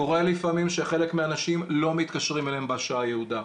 קורה לפעמים שלחלק מהאנשים לא מתקשרים בשעה היעודה.